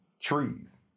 trees